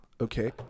Okay